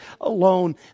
alone